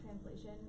translation